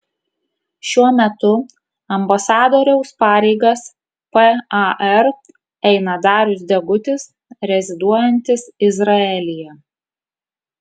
šiuo metu ambasadoriaus pareigas par eina darius degutis reziduojantis izraelyje